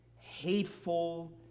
hateful